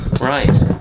Right